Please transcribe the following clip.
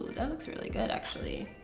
that looks really good actually.